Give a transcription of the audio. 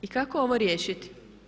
I kako ovo riješiti?